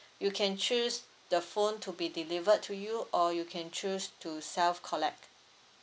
you can choose the phone to be delivered to you or you can choose to self collect